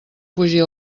fugir